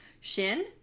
Shin